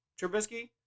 Trubisky